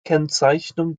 kennzeichnung